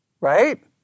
right